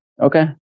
Okay